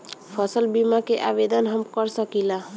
फसल बीमा के आवेदन हम कर सकिला?